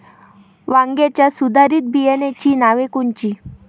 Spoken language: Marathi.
वांग्याच्या सुधारित बियाणांची नावे कोनची?